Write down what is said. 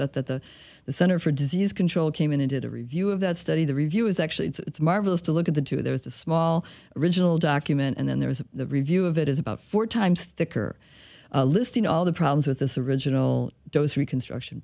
that that the the center for disease control came in and did a review of that study the review is actually it's marvelous to look at the two there was a small original document and then there was a review of it is about four times the curve listing all the problems with this original dose reconstruction